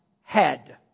head